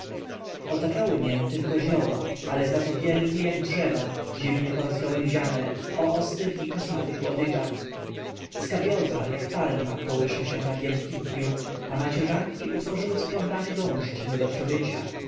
otaczały mię tylko zioła ale zato wielkie jak drzewa dziwnie porozgałęziane o ostrych i kosmatych łodygach skabioza jak palma kołysze się na giętkim pniu a macierzanki utworzyły splątany gąszcz nie do przebycia